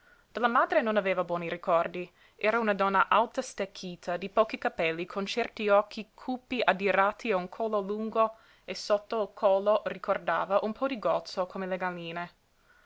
della madre non aveva buoni ricordi era una donna alta stecchita di pochi capelli con certi occhi cupi adirati e un collo lungo lungo e sotto il collo ricordava un po di gozzo come le